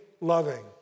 loving